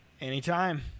Anytime